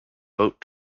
boat